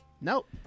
Nope